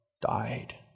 died